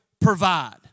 provide